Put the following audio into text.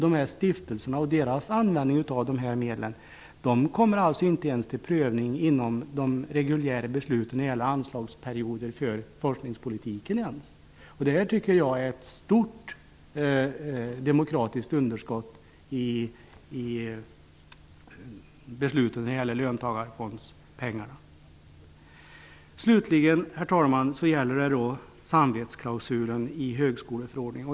Användningen av medlen inom dessa stiftelser kommer inte ens till prövning vid de regulära besluten om anslagsperioder för forskningspolitiken. Detta är ett stort demokratiskt underskott när det gäller besluten om löntagarfondspengarna. Slutligen vill jag ta upp samvetsklausulen i högskoleförordningen.